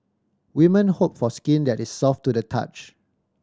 women hope for skin that is soft to the touch